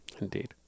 Indeed